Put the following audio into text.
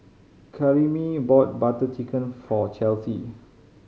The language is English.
Karyme bought Butter Chicken for Chelsy